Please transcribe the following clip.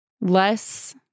less